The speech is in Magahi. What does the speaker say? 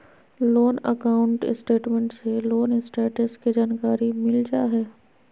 लोन अकाउंट स्टेटमेंट से लोन स्टेटस के जानकारी मिल जा हय